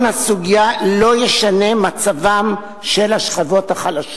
הצעת החוק,